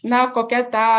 na kokia ta